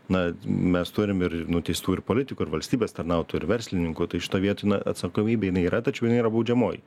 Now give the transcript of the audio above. na mes turim ir nuteistų ir politikų ir valstybės tarnautojų ir verslininkų tai šitoj vietoj na atsakomybė jinai yra tačiau jinai yra baudžiamoji